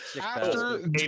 After-